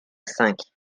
cinq